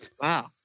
Wow